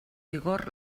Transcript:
vigor